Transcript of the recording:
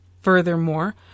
Furthermore